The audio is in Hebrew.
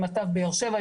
עם מט"ב באר שבע,